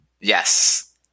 Yes